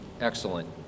excellent